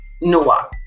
Noah